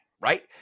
right